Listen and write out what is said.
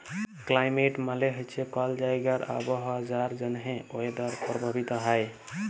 climate মালে হছে কল জাইগার আবহাওয়া যার জ্যনহে ওয়েদার পরভাবিত হ্যয়